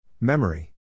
Memory